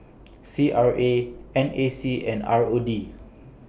C R A N A C and R O D